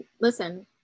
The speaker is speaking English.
Listen